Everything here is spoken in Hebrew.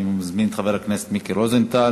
אני מזמין את חבר הכנסת מיקי רוזנטל.